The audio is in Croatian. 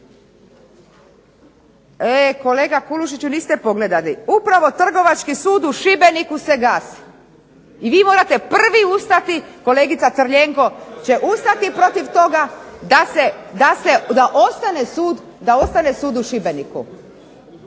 E, kolega Kulušiću niste pogledali. Upravo Trgovački sud u Šibeniku se gasi i vi morate prvi ustati, kolegica Crljenko će ustati protiv toga da ostane sud u Šibeniku.